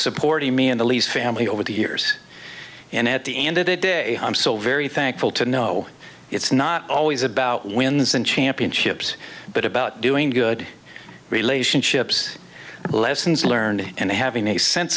supporting me in the least family over the years and at the end of the day i'm so very thankful to know it's not always about wins and championships but about doing good relationships lessons learned and having a sense